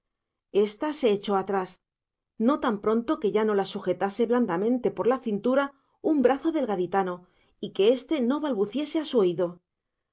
se echó atrás no tan pronto que ya no la sujetase blandamente por la cintura un brazo del gaditano y que este no balbuciese a su oído